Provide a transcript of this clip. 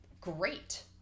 great